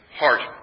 heart